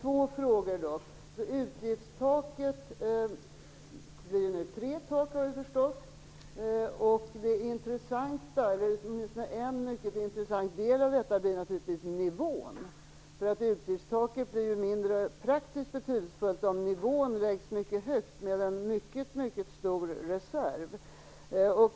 Såvitt jag har förstått blir det nu tre utgiftstak. En mycket intressant del i detta är naturligtvis nivån. Utgiftstaket blir mindre praktiskt betydelsefullt om nivån fastställs mycket högt med en mycket stor reserv.